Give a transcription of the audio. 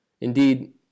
Indeed